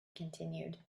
continued